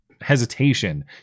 hesitation